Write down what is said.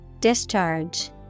Discharge